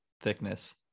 thickness